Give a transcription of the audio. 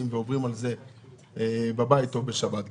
מדובר פה במשבר שצריך לפתור.